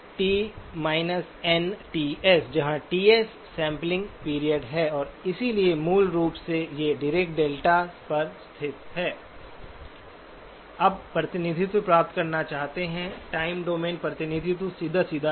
जहां Ts sampling period है और इसलिए मूल रूप से ये डीरेक डेल्टास पर स्थित हैं अब प्रतिनिधित्व प्राप्त करना चाहते हैं टाइम डोमेन प्रतिनिधित्व सीधा साधा है